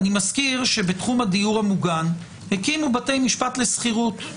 אני מזכיר שבתחום הדיור המוגן הקימו בתי משפט לשכירות.